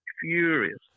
furious